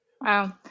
Wow